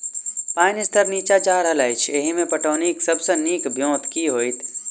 पानि स्तर नीचा जा रहल अछि, एहिमे पटौनीक सब सऽ नीक ब्योंत केँ होइत?